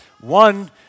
One